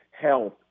health